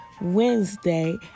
Wednesday